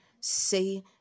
Say